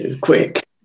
quick